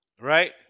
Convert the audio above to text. right